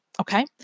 Okay